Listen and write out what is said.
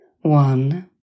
one